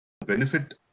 benefit